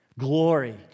Glory